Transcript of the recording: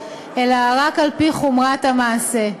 אלא רק על-פי חומרת המעשה.